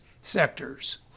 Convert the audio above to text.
sectors